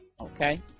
okay